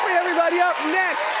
everybody up next.